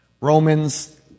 Romans